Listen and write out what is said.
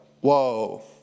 whoa